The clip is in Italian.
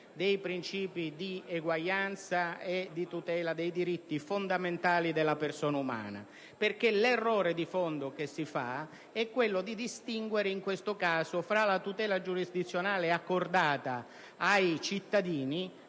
dei principi di eguaglianza e di tutela dei diritti fondamentali della persona umana. L'errore di fondo che viene compiuto è quello di distinguere, in questo caso, tra la tutela giurisdizionale accordata ai cittadini